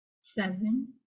Seven